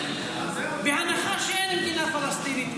בהנחה שאין מדינה פלסטינית,